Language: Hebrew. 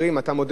אנחנו יודעים,